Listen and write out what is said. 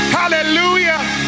hallelujah